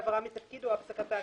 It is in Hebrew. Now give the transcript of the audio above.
העברה מתפקיד או הפסקת העסקה,